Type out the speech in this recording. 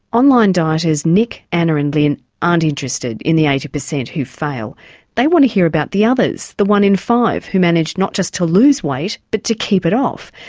online dieters nick, anna and lyn aren't interested in the eighty per cent who fail they want to hear about the others, the one in five who manage not just to lose weight but to keep it off.